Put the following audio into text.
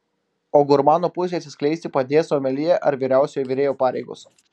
o gurmano pusei atsiskleisti padės someljė ar vyriausiojo virėjo pareigos